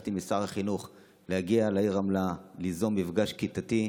ביקשתי משר החינוך להגיע לעיר רמלה וליזום מפגש כיתתי.